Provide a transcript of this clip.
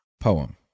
poem